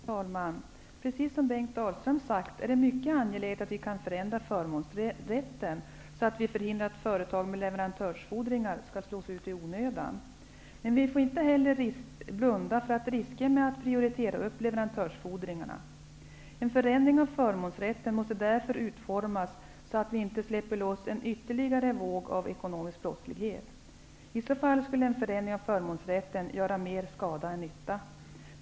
Herr talman! Precis som Bengt Dalström sagt är det mycket angeläget att vi kan förändra förmånsrätten så att vi förhindrar att företag med leverantörsfordringar slås ut i onödan. Men vi får inte heller blunda för risken med att prioritera upp leverantörsfordringarna. En förändring av förmånsrätten måste därför utformas så att vi inte släpper loss ytterligare en våg av ekonomisk brottslighet. I så fall skulle en förändring av förmånsrätten göra mer skada än nytta.